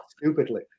stupidly